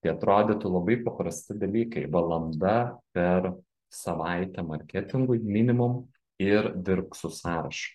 tai atrodytų labai paprasti dalykai valanda per savaitę marketingui minimumu ir dirbk su sąrašu